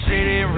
City